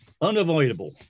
unavoidable